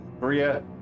Maria